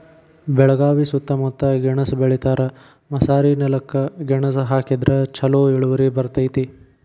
ಬೆಳಗಾವಿ ಸೂತ್ತಮುತ್ತ ಗೆಣಸ್ ಬೆಳಿತಾರ, ಮಸಾರಿನೆಲಕ್ಕ ಗೆಣಸ ಹಾಕಿದ್ರ ಛಲೋ ಇಳುವರಿ ಬರ್ತೈತಿ